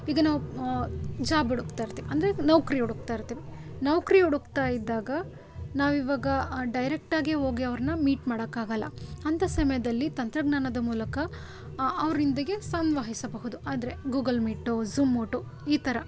ಈಗ ನಾವು ಜಾಬ್ ಹುಡಕ್ತಾ ಇರ್ತೀವಿ ಅಂದರೆ ನೌಕರಿ ಹುಡಕ್ತಾ ಇರ್ತೀವಿ ನೌಕರಿ ಹುಡುಕ್ತಾ ಇದ್ದಾಗ ನಾವೀವಾಗ ಡೈರೆಕ್ಟಾಗಿ ಹೋಗಿ ಅವ್ರನ್ನ ಮೀಟ್ ಮಾಡೋಕ್ಕಾಗಲ್ಲ ಅಂತ ಸಮಯದಲ್ಲಿ ತಂತ್ರಜ್ಞಾನದ ಮೂಲಕ ಅವ್ರೊಂದಿಗೆ ಸಂವಹಿಸಬಹುದು ಅದರೆ ಗೂಗಲ್ ಮೀಟು ಝುಮ್ ಮೂಟು ಈ ಥರ